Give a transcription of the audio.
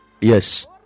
Yes